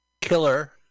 Killer